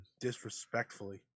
disrespectfully